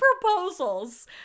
proposals